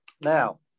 Now